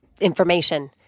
information